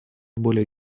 более